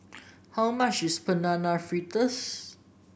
how much is Banana Fritters